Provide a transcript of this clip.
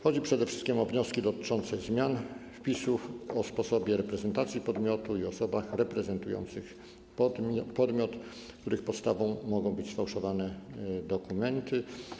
Chodzi przede wszystkim o wnioski dotyczące zmian wpisów o sposobie reprezentacji podmiotu i o osobach reprezentujących podmiot, których podstawą mogą być sfałszowane dokumenty.